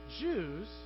Jews